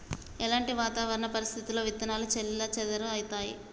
ఎలాంటి వాతావరణ పరిస్థితుల్లో విత్తనాలు చెల్లాచెదరవుతయీ?